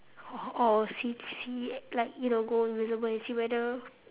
oh see see like you will go invisible and see whether